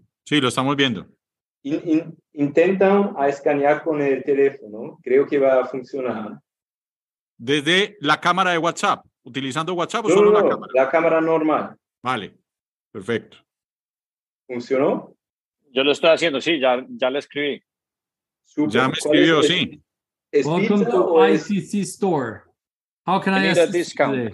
Sí, lo estamos viendo. In- in- intentan a escanear con el teléfono. Creo que va a funcionar. ¿Desde la cámara de WhatsApp, utilizando WhatsApp o No, solo la no, no, cámara? la cámara normal. Vale, perfecto. ¿Funcionó? Yo lo estoy haciendo, sí, ya- ya le escribí. Súper. Ya me ¿Cuál es escribió, el- sí. es Welcome pizza to o es- ICC store. How can I ¿Comida assist you discount? today?